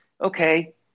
Okay